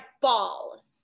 ball